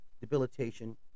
debilitation